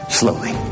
slowly